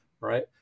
right